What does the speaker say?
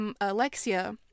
Alexia